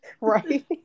right